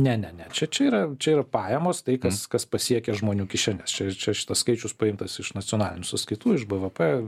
ne ne ne čia čia yra čia yra pajamos tai kas kas pasiekia žmonių kišenes čia čia šitas skaičius paimtas iš nacionalinių sąskaitų iš bvp